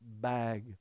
bag